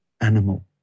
animal